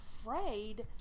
afraid